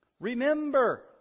Remember